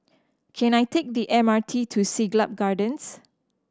can I take the M R T to Siglap Gardens